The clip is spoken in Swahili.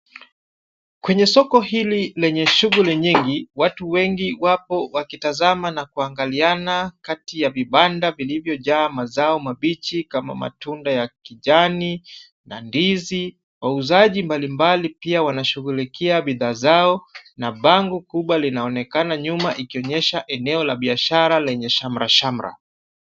Kwenye soko hili lenye shughuli nyingi watu wengi wapo wakitazama na kuangaliana kati ya vibanda vilivyojaa mazao mabichi kama matunda ya kijani na ndizi. Wauzaji mbalimbali pia wanashughulikia bidhaa zao na bango kubwa linaonekana nyuma ikionyesha eneo la biashara lenye shamrashamra.